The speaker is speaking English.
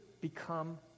become